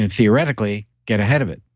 and theoretically, get ahead of it